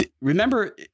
remember